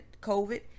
COVID